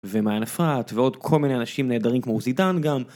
ומעיין אפרת ועוד כל מיני אנשים נהדרים כמו עוזי תן גם